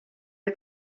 der